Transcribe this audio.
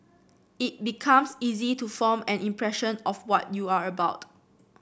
it becomes easy to form an impression of what you are about